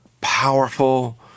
powerful